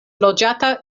loĝata